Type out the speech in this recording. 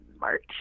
March